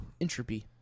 Entropy